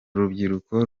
rubyiruko